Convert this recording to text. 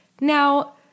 Now